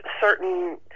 certain